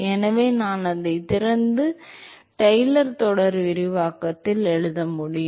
எனவே நான் அதை திறந்து டெய்லர் தொடர் விரிவாக்கத்தில் எழுத முடியும்